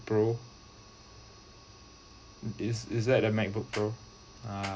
pro is is that a macbook pro ah